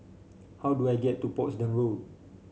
how do I get to Portsdown Road